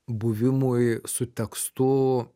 buvimui su tekstu